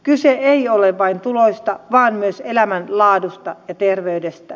kyse ei ole vain tuloista vaan myös elämän laadusta ja terveydestä